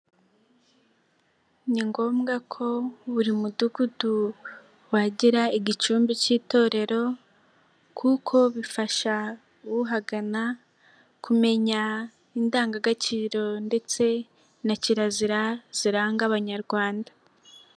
Ni ngombwa ko buri mudugudu wagira igicumbi k'itorero kuko bifasha uhagana kumenya indangagaciro ndetse na kirazira ziranga abanyarwanda.